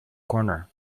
corner